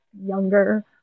younger